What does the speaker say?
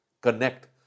connect